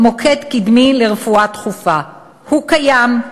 "מוקד קדמי לרפואה דחופה": הוא קיים,